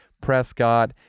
Prescott